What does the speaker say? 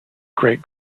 great